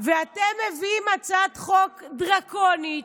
ואתם מביאים הצעת חוק דרקונית,